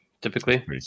typically